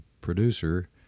producer